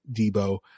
Debo